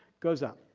goes up.